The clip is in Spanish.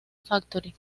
factory